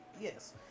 Yes